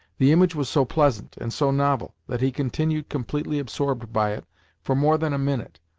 the image was so pleasant, and so novel, that he continued completely absorbed by it for more than a minute,